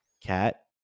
cat